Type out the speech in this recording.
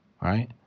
right